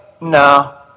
no